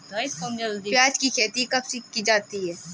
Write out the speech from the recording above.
प्याज़ की खेती कब की जाती है?